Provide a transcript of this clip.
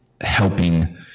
helping